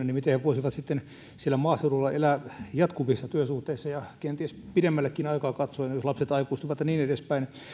niin miten he voisivat sitten siellä maaseudulla elää jatkuvissa työsuhteissa ja kenties pidemmällekin aikaa katsoen jos lapset aikuistuvat ja niin edespäin